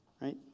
Right